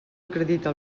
acredita